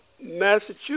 Massachusetts